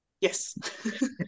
Yes